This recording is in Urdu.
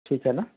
ٹھیک ہے نہ